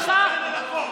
אני מבקשת ממך,